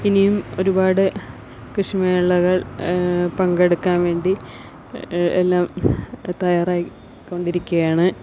ഇനിയും ഒരുപാട് കൃഷി മേളകള് പങ്കെടുക്കാൻ വേണ്ടി എല്ലാം തയ്യാറായി കൊണ്ടിരിക്കുകയാണ്